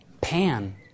Pan